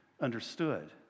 understood